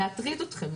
להטריד אתכם,